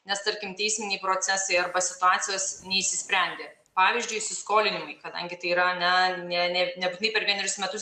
nes tarkim teisminiai procesai arba situacijos neišsisprendė pavyzdžiui įsiskolinimai kadangi tai yra ne ne ne nebūtinai per vienerius metus